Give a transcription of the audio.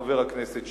חבר הכנסת שטרית.